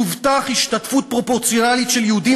"תובטח השתתפות פרופורציונלית של יהודים